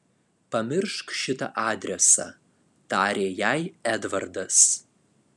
pamiršk šitą adresą tarė jai edvardas